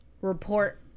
report